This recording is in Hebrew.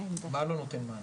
מה לא נותן מענה?